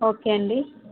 okay అండి